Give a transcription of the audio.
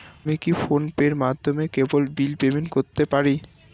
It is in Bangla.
আমি কি ফোন পের মাধ্যমে কেবল বিল পেমেন্ট করতে পারি?